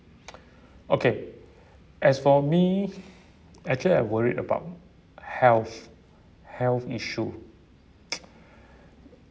okay as for me actually I worried about health health issue